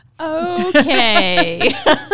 Okay